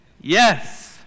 Yes